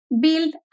build